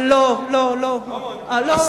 לא, לא, לא.